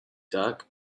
duck